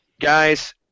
Guys